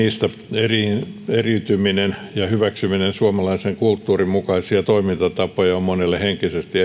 ja niistä eriytyminen ja suomalaisen kulttuurin mukaisten toimintatapojen hyväksyminen on monelle henkisesti